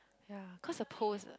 ya cause the pearls ah